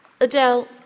Adele